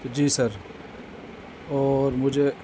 جی sir اور مجھے